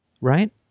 right